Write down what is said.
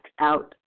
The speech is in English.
out